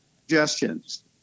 suggestions